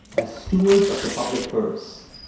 as stewards of the public purse,